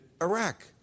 Iraq